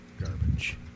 garbage